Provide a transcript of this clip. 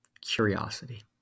curiosity